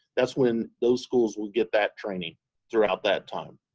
that's when those schools will get that training throughout that time.